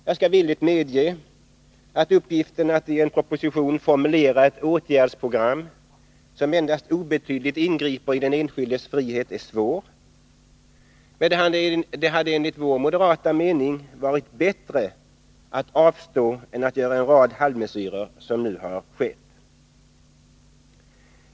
Jag skall villigt medge att uppgiften att i en proposition formulera ett åtgärdsprogram som endast obetydligt ingriper i den enskildes frihet är svår, men det hade enligt vår moderata mening varit bättre att avstå än att göra en rad halvmesyrer, som nu har skett.